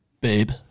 Babe